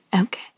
Okay